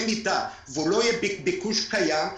במידה והוא לא יהיה ביקוש קיים,